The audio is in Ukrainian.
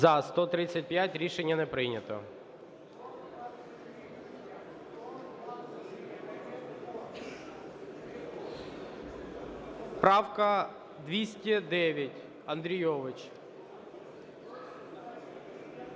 За – 135. Рішення не прийнято. Правка 209, Андрійович.